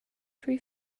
free